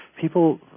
people